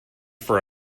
for